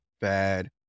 bad